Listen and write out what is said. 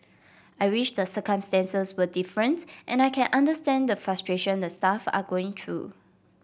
I wish the circumstances were different and I can understand the frustration the staff are going through